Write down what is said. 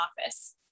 office